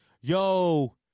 yo